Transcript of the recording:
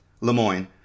Lemoyne